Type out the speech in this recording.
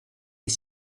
est